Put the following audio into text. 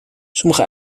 sommige